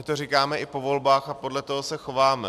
My to říkáme i po volbách a podle toho se chováme.